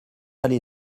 allée